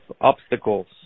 obstacles